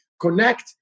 connect